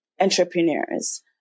entrepreneurs